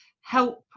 help